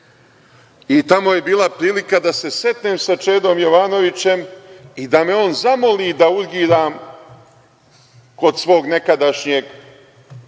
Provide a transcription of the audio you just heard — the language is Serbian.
I tamo je bila prilika da se sretnem sa Čedom Jovanovićem i da me on zamoli da urgiram kod svog nekadašnjeg